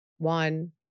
One